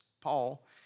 Paul